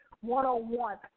one-on-one